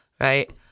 right